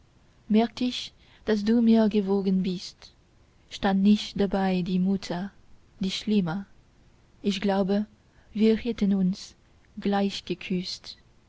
merkt ich daß du mir gewogen bist stand nicht dabei die mutter die schlimme ich glaube wir hätten uns gleich